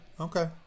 okay